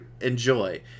enjoy